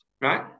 Right